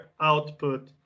output